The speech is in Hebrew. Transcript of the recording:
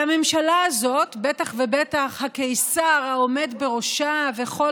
והממשלה הזאת ובטח ובטח הקיסר העומד בראשה וכל